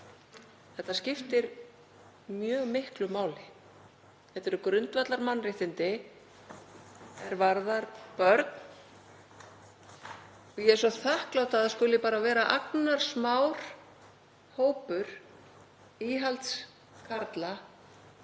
Þetta skiptir mjög miklu máli. Þetta eru grundvallarmannréttindi er varða börn. Ég er þakklát að það skuli bara vera agnarsmár hópur íhaldskarla